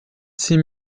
six